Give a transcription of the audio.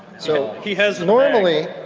so he has normally,